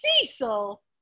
Cecil